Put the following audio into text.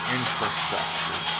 infrastructure